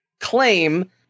claim